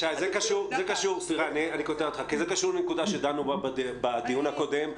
כי זה קשור לנקודה שדנו בה בדיון הקודם,